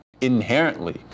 Inherently